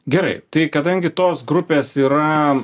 gerai tai kadangi tos grupės yra